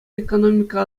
экономика